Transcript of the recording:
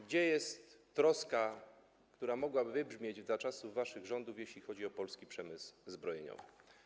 Gdzie jest troska, która mogłaby wybrzmieć za czasów waszych rządów, jeśli chodzi o polski przemysł zbrojeniowy?